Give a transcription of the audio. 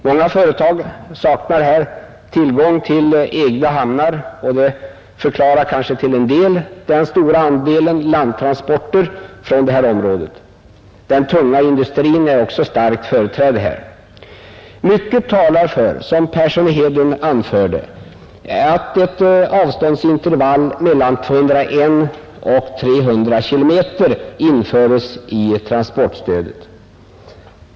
Många företag saknar tillgång till egna hamnar, vilket till en del kan förklara den stora andelen landtransporter från detta område. Den tunga industrin är också starkt företrädd här. Mycket talar för, som herr Persson i Heden anförde, att ett avståndsintervall mellan 201 och 300 km införes i transportstödet.